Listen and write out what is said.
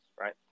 right